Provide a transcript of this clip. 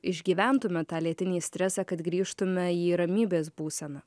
išgyventume tą lėtinį stresą kad grįžtume į ramybės būseną